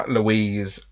Louise